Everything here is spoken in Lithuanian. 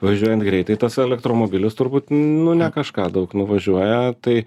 važiuojant greitai tas elektromobilis turbūt nu ne kažką daug nuvažiuoja tai